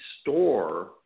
store